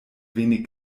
wenig